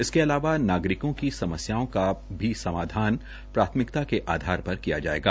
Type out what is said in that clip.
इसके अलावा नागरिकों की समस्याओं का समाधान प्राथमिकता के आधार पर किया जाएगा